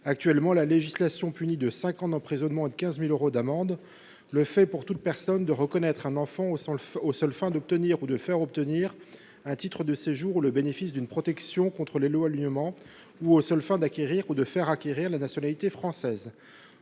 Actuellement, la législation punit de cinq ans d’emprisonnement et de 15 000 euros d’amende le fait, pour toute personne, de reconnaître un enfant aux seules fins d’obtenir, ou de faire obtenir, un titre de séjour ou le bénéfice d’une protection contre l’éloignement, ou aux seules fins d’acquérir, ou de faire acquérir, la nationalité française.